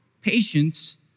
patience